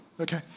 Okay